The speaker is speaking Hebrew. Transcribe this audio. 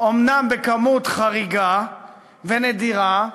אומנם בכמות חריגה ונדירה,